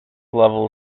level